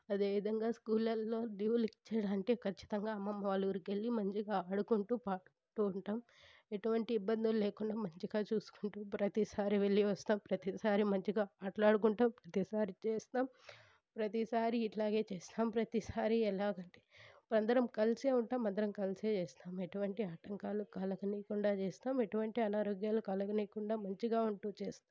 అదేవిధంగా స్కూల్లలో లీవులు ఇచ్చినారంటే ఖచ్చితంగా అమ్మమ్మ వాళ్ళ ఊరికి వెళ్ళి మంచిగా ఆడుకుంటు పాడుకుంటు ఉంటాం ఎటువంటి ఇబ్బందులు లేకుండా మంచిగా చూసుకుంటూ ప్రతిసారి వెళ్ళి వస్తాం ప్రతిసారి మంచిగా ఆటలాడుకుంటాం ప్రతిసారి చేస్తాం ప్రతిసారి ఇట్లానే చేస్తాం ప్రతిసారి ఎలాగంటే మేము అందరం కలిసే ఉంటాం అందరం కలిసే చేస్తాం ఎటువంటి ఆటంకాలు కలగనీకుండా చేస్తాం ఎటువంటి అనారోగ్యాలు కలగనీకుండా మంచిగా ఉంటు చేస్తాం